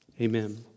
Amen